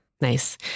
Nice